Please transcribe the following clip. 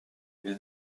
ils